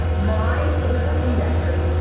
my over-indexing,